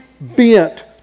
bent